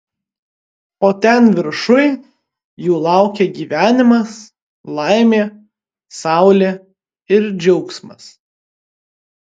o ten viršuj jų laukia gyvenimas laimė saulė ir džiaugsmas